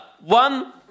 One